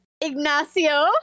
Ignacio